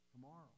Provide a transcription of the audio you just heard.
tomorrow